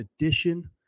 Edition